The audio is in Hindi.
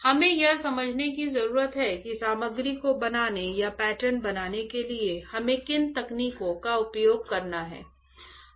हमें यह समझने की जरूरत है कि सामग्री को बनाने या पैटर्न बनाने के लिए हमें किन तकनीकों का उपयोग करना है